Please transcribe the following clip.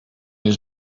his